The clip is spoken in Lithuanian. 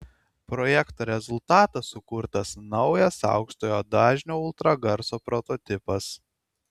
projekto rezultatas sukurtas naujas aukštojo dažnio ultragarso prototipas